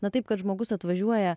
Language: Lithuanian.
na taip kad žmogus atvažiuoja